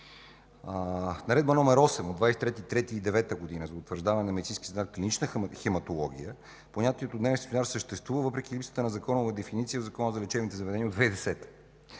В Наредба № 8 от 23 март 2009 г. за утвърждаване на медицински стандарт „клинична хематология” понятието „дневен стационар” съществува, въпреки липсата на законова дефиниция в Закона за лечебните заведения от 2010 г.